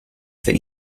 the